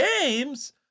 Games